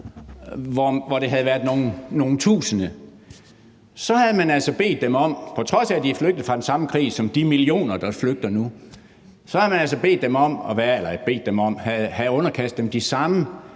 hvor det havde været nogle tusinde, så havde man altså, på trods af at de er flygtet fra den samme krig som de millioner, der flygter nu, underkastet dem de stramme regler, som